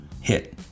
Hit